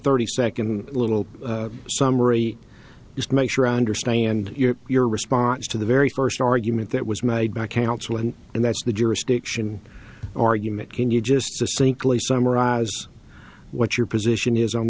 thirty second little summary just make sure i understand your response to the very first argument that was made by counsel and and that's the jurisdiction argument can you just sink lee summarize what your position is on